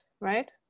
right